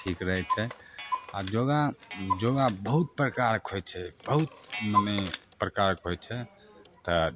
ठीक रहै छै आ योगा योगा बहुत प्रकारके होइ छै बहुत मने प्रकारके होइ छै तऽ